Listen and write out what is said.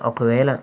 ఒకవేళ